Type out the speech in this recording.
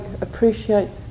appreciate